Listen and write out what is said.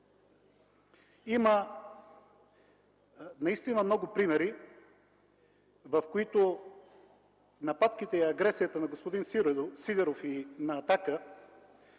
има наистина много примери, в които нападките и агресията на господин Сидеров и на „Атака”